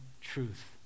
truth